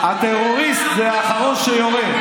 הטרוריסט זה האחרון שיורה,